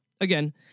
again